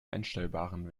einstellbaren